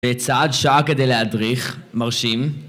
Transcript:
וצעד שעה כדי להדריך, מרשים.